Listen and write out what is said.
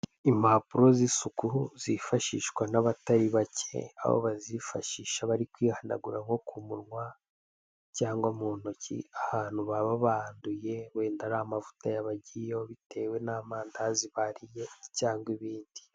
Impapuro z'isuku zifashishwa n'abatari bake aho bazifashisha bari kwihanagura nko ku munwa cyangwa mu ntoki ahantu baba banduye wenda ari amavuta yabagiyeho bitewe n'amandazi bariye cyangwa ibindi.